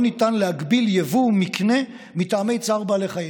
לא ניתן להגביל יבוא מקנה מטעמי צער בעלי חיים.